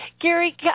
Gary